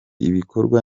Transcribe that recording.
ibikorwa